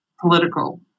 political